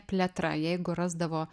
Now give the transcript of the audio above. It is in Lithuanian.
plėtra jeigu rasdavo